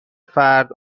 فرد